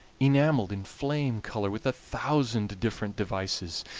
enameled in flame color with a thousand different devices.